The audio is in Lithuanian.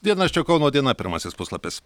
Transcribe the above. dienraščio kauno diena pirmasis puslapis